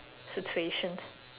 situation